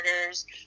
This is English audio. orders